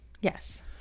Yes